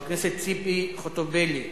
חברת הכנסת ציפי חוטובלי,